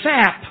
sap